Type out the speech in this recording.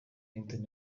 clinton